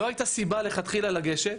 לא הייתה סיבה מלכתחילה לגשת,